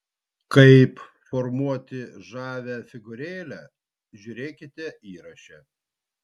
kaip formuoti žavią figūrėlę žiūrėkite įraše